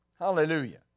hallelujah